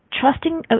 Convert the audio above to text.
trusting